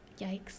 yikes